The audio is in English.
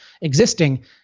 existing